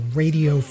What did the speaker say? radio